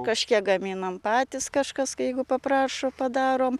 kažkiek gaminam patys kažkas jeigu paprašo padarom